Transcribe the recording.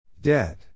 Dead